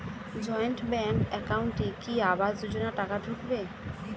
Joint bank একাউন্টে কি আবাস যোজনা টাকা ঢুকবে?